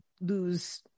lose